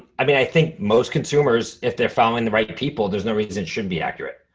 i mean, i think most consumers, if they're following the right people, there's no reason it shouldn't be accurate.